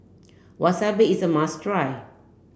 Wasabi is a must try